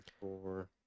four